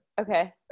Okay